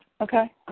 Okay